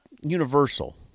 universal